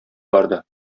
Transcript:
барды